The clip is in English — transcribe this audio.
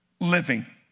living